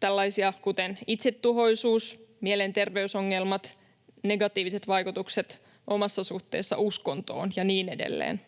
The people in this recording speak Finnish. tällaisia kuten itsetuhoisuus, mielenterveysongelmat, negatiiviset vaikutukset omassa suhteessa uskontoon ja niin edelleen.